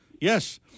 Yes